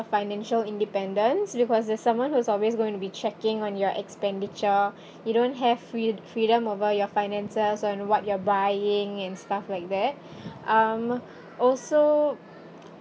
financial independence because there's someone who's always going to be checking on your expenditure you don't have free~ freedom over your finances on what you're buying and stuff like that um also